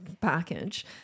package